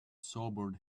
sobered